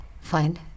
Fine